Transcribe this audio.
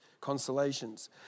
consolations